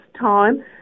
time